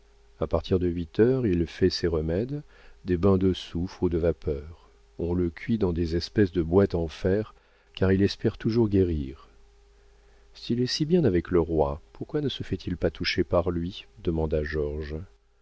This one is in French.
à partir de huit heures il fait ses remèdes des bains de soufre ou de vapeur on le cuit dans des espèces de boîtes de fer car il espère toujours guérir s'il est si bien avec le roi pourquoi ne se fait-il pas toucher par lui demanda